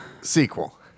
sequel